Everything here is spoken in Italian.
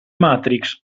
matrix